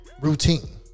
routine